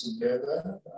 together